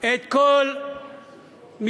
את כל משנתכם.